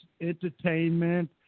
entertainment